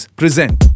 present